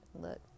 look